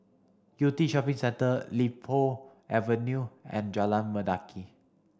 Yew Tee Shopping Centre Li Po Avenue and Jalan Mendaki